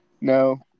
No